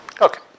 Okay